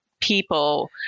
people